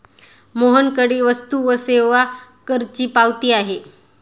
मोहनकडे वस्तू व सेवा करची पावती आहे